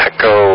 Echo